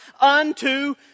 unto